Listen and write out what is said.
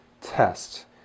test